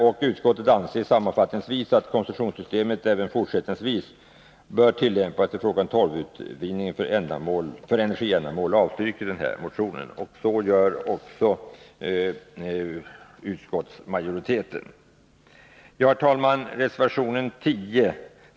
Och utskottet anser att koncessionssystemet även fortsättningsvis bör tillämpas i fråga om torvutvinning för energiändamål och avstyrker motionen. Så några ord om reservation 10.